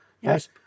yes